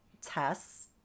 tests